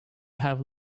have